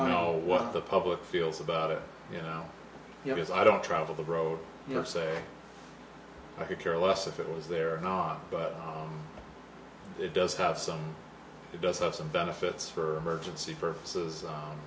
know what the public feels about it you know yes i don't travel the road you know say i could care less if it was there or not but it does have some it does have some benefits for urgency purposes